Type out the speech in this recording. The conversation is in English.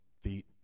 feet